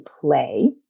play